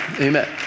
Amen